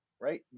right